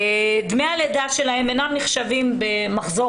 דמי הלידה שלהן אינם נחשבים במחזור